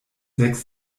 sechs